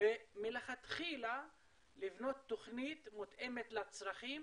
ומלכתחילה לבנות תוכנית מותאמת לצרכים,